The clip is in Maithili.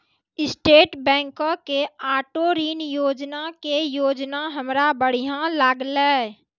स्टैट बैंको के आटो ऋण योजना के योजना हमरा बढ़िया लागलै